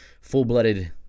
full-blooded